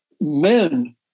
Men